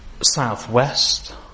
southwest